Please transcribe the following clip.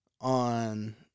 on